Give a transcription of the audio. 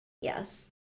Yes